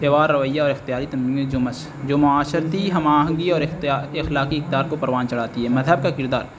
تہوار رویہ اور اختیاری جو معاشرتی ہم آہنگی اور اختیار اخلاقی اقدار کو پروان چڑھاتی ہے مذہب کا کردار